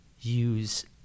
use